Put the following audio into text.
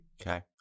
Okay